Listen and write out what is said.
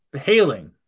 Hailing